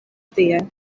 tie